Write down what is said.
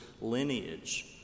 lineage